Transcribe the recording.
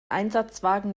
einsatzwagen